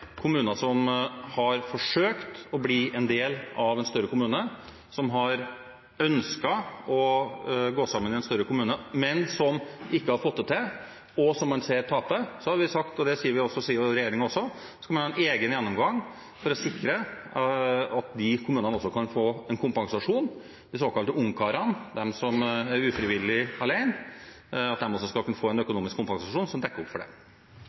kommuner som har forsøkt å bli en del av en større kommune, som har ønsket det, men som ikke har fått det til, og som man ser taper, har vi sagt – og det sier regjeringen også – at man skal ha en egen gjennomgang for sikre at de kommunene også kan få en kompensasjon. Dette er de såkalte ungkarene, de som er ufrivillig alene, og de skal få en økonomisk kompensasjon som dekker opp for det.